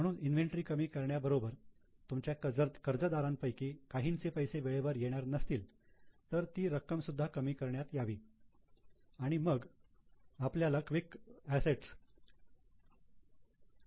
म्हणून इन्व्हेंटरी कमी करण्या बरोबर तुमच्या कर्जदारांपैकी काहींचे पैसे वेळेवर येणार नसतील तर ती रक्कम सुद्धा कमी करण्यात यावी आणि मग आपल्याला क्विक असेट्स मिळतात